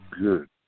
good